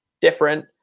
different